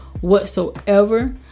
whatsoever